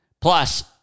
Plus